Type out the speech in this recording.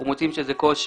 אנחנו מוצאים שזה קושי.